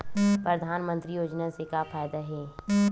परधानमंतरी योजना से का फ़ायदा हे?